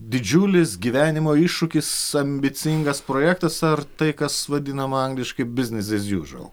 didžiulis gyvenimo iššūkis ambicingas projektas ar tai kas vadinama angliškai biznis ez južual